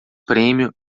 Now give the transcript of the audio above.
prêmio